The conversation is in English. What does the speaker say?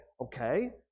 okay